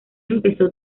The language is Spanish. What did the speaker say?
empezó